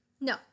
No